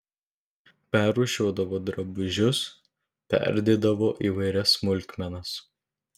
perrūšiuodavo drabužius perdėdavo įvairias smulkmenas